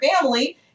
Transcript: family